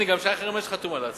הנה, גם שי חרמש חתום על ההצעה.